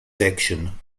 section